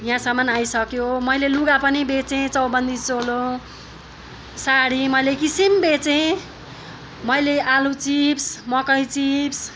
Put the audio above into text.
यहाँसम्म आइसक्यो मैले लुगा पनि बेचेँ चौबन्दी चोलो साडी मैले किसिम बेचेँ मैले आलु चिप्स मकै चिप्स